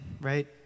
right